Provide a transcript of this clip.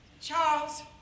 charles